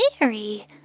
Mary